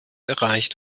erreicht